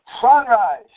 sunrise